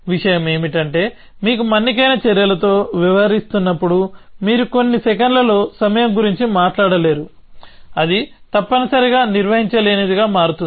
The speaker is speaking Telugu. విషయమేమిటంటే మీరు మన్నికైన చర్యలతో వ్యవహరిస్తున్నప్పుడు మీరు కొన్ని సెకన్లలో సమయం గురించి మాట్లాడలేరు అది తప్పనిసరిగా నిర్వహించలేనిదిగా మారుతుంది